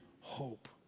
hope